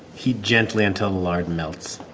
heat gently until the lard melts,